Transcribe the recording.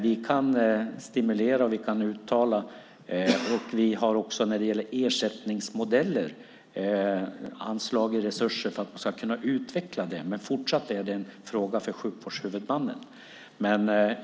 Vi kan ge stimulanser och göra uttalanden, och när det gäller ersättningsmodeller har vi anslagit resurser för att kunna utveckla dem. Men det här är fortsatt en fråga för sjukvårdshuvudmannen.